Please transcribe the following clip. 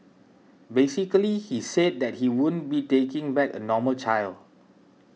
basically he said that he wouldn't be taking back a normal child